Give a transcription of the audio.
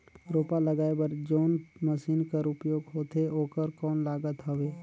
रोपा लगाय बर जोन मशीन कर उपयोग होथे ओकर कौन लागत हवय?